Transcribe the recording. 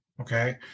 Okay